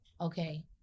Okay